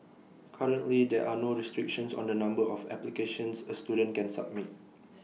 currently there're no restrictions on the number of applications A student can submit